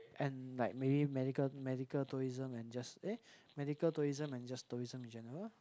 and like maybe medical medical tourism and just eh medical tourism and just tourism in general